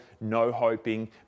no-hoping